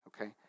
okay